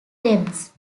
debts